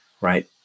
right